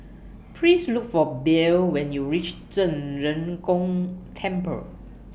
Please Look For Bell when YOU REACH Zhen Ren Gong Temple